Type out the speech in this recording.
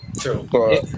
True